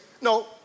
No